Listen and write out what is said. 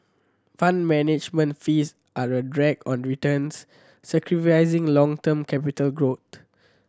Fund Management fees are a drag on returns sacrificing long term capital growth